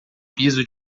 piso